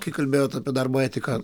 kai kalbėjot apie darbo etiką